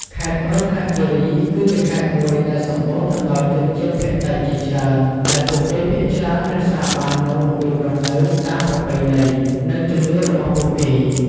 ខេត្តរតនគិរី គឺជាខេត្តមួយដែលសម្បូរទៅដោយជនជាតិភាគតិចជាច្រើន ដែលពួកគេភាគច្រើនរក្សាបាននូវរបៀបរស់នៅតាមប្រពៃណី និងជំនឿរបស់ពួកគេ។